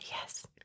yes